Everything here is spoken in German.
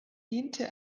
diente